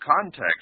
context